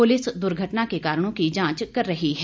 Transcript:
police दुर्घटना के कारणों की जांच कर रही है